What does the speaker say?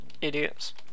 Idiots